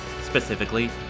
specifically